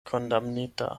kondamnita